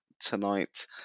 tonight